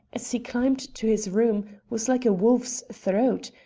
as he climbed to his room, was like a wolf's throat,